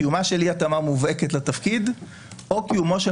קיומה של אי התאמה מובהקת לתפקיד או קיומו של